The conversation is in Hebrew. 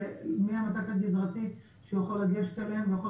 מי האחראי הגזרתי שהוא יכול לגשת אליהם והוא יכול